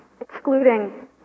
excluding